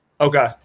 okay